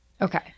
Okay